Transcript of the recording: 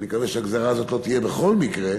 ואני מקווה שהגזירה הזאת לא תהיה בכל מקרה,